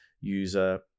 user